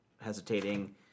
hesitating